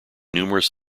numerous